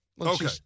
Okay